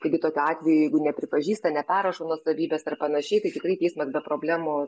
taigi tokiu atveju jeigu nepripažįsta neperrašo nuosavybės ar panašiai tai tikrai teismas be problemų